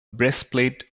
breastplate